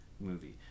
movie